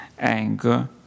anger